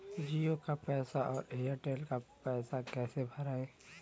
जीओ का पैसा और एयर तेलका पैसा कैसे भराला?